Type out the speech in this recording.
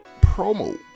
promo